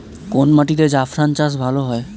কোন মাটিতে জাফরান চাষ ভালো হয়?